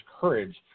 courage